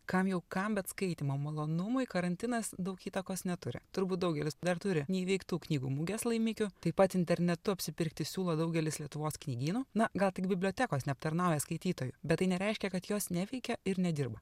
kam jau kam bet skaitymo malonumui karantinas daug įtakos neturi turbūt daugelis dar turi neįveiktų knygų mugės laimikių taip pat internetu apsipirkti siūlo daugelis lietuvos knygynų na gal tik bibliotekos neaptarnauja skaitytojų bet tai nereiškia kad jos neveikia ir nedirba